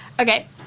Okay